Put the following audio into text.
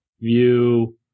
view